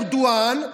ארדואן,